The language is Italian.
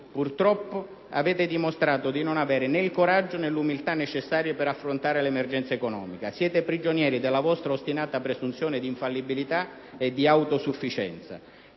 Purtroppo, avete dimostrato di non avere né il coraggio né l'umiltà necessari per affrontare l'emergenza economica. Siete prigionieri della vostra ostinata presunzione d'infallibilità e di autosufficienza.